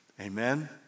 amen